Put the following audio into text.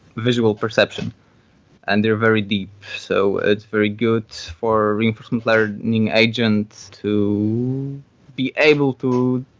visual perception and they're very deep. so it's very good for reinforcement learning agents to be able to